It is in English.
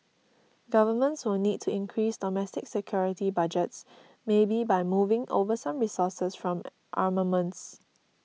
governments will need to increase domestic security budgets maybe by moving over some resources from armaments